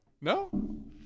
No